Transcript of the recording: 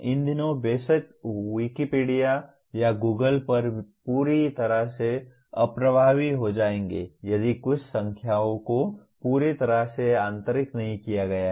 इन दिनों बेशक विकिपीडिया या Google आप पूरी तरह से अप्रभावी हो जाएंगे यदि कुछ संख्याओं को पूरी तरह से आंतरिक नहीं किया गया है